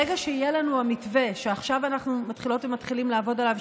ברגע שיהיה לנו המתווה שעכשיו אנחנו מתחילות ומתחילים לעבוד עליו,